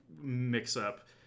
mix-up